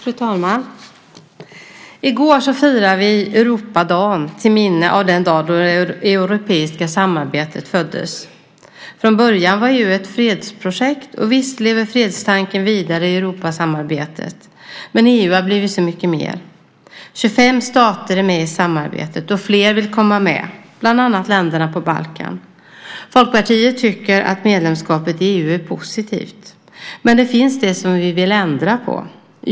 Fru talman! I går firade vi Europadagen till minne av den dag då det europeiska samarbetet föddes. Från början var EU ett fredsprojekt. Och visst lever fredstanken vidare i Europasamarbetet. Men EU har blivit så mycket mer. 25 stater är med i samarbetet, och fler vill komma med, bland andra länderna på Balkan. Folkpartiet tycker att medlemskapet i EU är positivt. Men det finns det som vi vill ändra på.